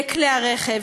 לכלי הרכב,